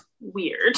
weird